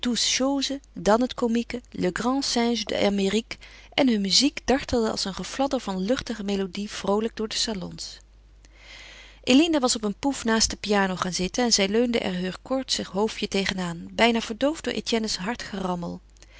chose dan het comique le grand singe d'amérique en hun muziek dartelde als een gefladder van luchtige melodie vroolijk door de salons eline was op een pouffe naast de piano gaan zitten en zij leunde er heur koortsig hoofdje tegen aan bijna verdoofd door etienne's hard gerammel